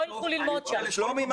שלומי,